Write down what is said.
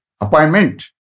appointment